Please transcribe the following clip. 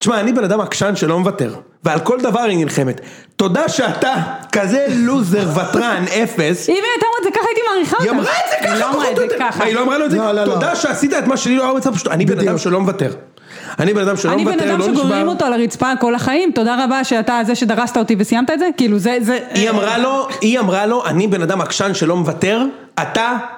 תשמע, אני בן אדם עקשן שלא מוותר. ועל כל דבר היא נלחמת. תודה שאתה כזה לוזר, ותרן, אפס. -אם היא הייתה אומרת את זה ככה הייתי מעריכה אותה. -היא לא אמרה את זה ככה, פחות או יותר. -היא לא אמרה את זה ככה. -מה, היא לא אמרה לו את זה? -לא, לא, לא. -תודה שעשית את מה שהיא לא רוצה, פשוט אני בן אדם שלא מוותר, אני בן אדם שלא מוותר, לא נשבר... -אני בן אדם שגוררים אותו על הרצפה כל החיים, תודה רבה שאתה זה שדרסת אותי וסיימת את זה? כאילו זה, זה... -היא אמרה לו, היא אמרה לו, אני בן אדם עקשן שלא מוותר, אתה...